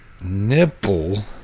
nipple